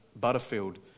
Butterfield